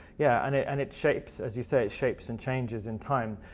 yeah and it and it shapes, as you said, it shapes and changes in time.